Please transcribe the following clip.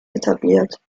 etabliert